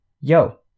Yo